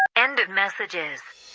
end of messages